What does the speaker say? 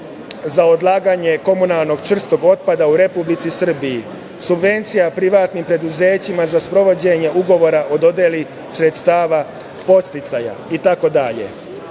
za odlaganje komunalnog čvrstog otpada u Republici Srbiji, subvencija privatnim preduzećima za sprovođenje ugovora o dodeli sredstava podsticaja,